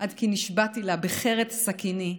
עד כי נשבעתי לה בחרט סכיני,